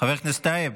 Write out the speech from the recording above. חבר הכנסת טייב,